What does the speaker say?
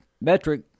Metric